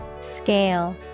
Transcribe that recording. Scale